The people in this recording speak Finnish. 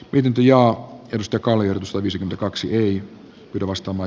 ydintuja josta kallio selvisi kaksi hirvastama